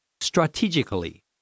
Strategically